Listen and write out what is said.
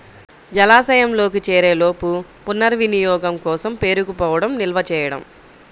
జలాశయంలోకి చేరేలోపు పునర్వినియోగం కోసం పేరుకుపోవడం నిల్వ చేయడం